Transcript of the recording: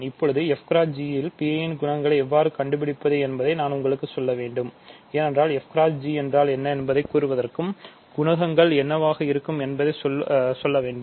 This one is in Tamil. இப்போது f g ல் P i குணகங்களை எவ்வாறு கண்டுபிடிப்பது என்பதை நான் உங்களுக்குச் சொல்ல வேண்டும் ஏனென்றால் fg என்றால் என்ன என்பதைக் கூறுவதற்கும் குணகங்கள் என்னவாக இருக்கும் என்பதையும் சொல்ல வேண்டும்